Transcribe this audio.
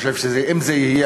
אני חושב שאם זה יהיה,